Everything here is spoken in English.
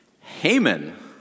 Haman